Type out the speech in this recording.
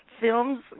films